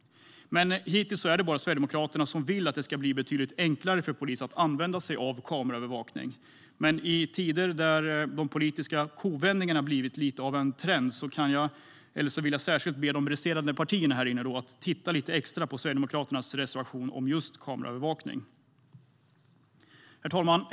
Hittills är det dock bara Sverigedemokraterna som vill att det ska bli betydligt enklare för polisen att använda kameraövervakning. Men i tider då politiska kovändningar har blivit lite av en trend vill jag be resterande partier här i kammaren att titta lite extra på Sverigedemokraternas reservation om just kameraövervakning. Herr talman!